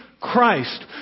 Christ